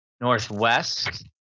northwest